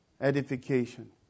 edification